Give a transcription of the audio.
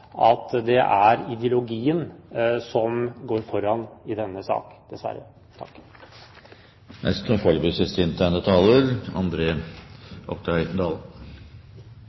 at det er ideologien som går foran i denne sak – dessverre!